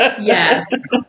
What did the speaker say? Yes